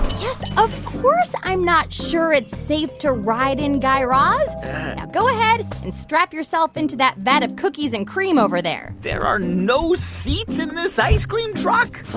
yes, of course i'm not sure it's safe to ride in, guy raz. now go ahead and strap yourself into that vat of cookies and cream over there there are no seats in this ice cream truck?